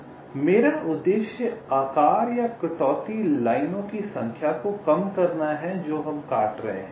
इसलिए मेरा उद्देश्य आकार या कटौती लाइनों की संख्या को कम करना है जो काट रहे हैं